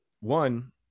One